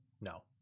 no